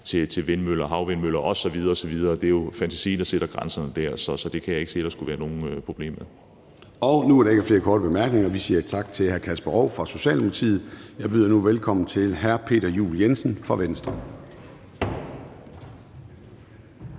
til vindmøller, havvindmøller osv. osv. Det er jo kun fantasien, der sætter grænser der, så det kan jeg ikke se der skulle være nogen problemer med. Kl. 10:11 Formanden (Søren Gade): Der er ikke flere korte bemærkninger, så vi siger tak til hr. Kasper Roug fra Socialdemokratiet. Jeg byder nu velkommen til hr. Peter Juel-Jensen fra Venstre.